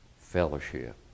fellowship